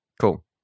Cool